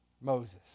Moses